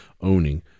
owning